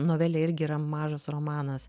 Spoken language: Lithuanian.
novelė irgi yra mažas romanas